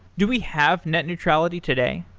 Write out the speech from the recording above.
do we have net neutrality today?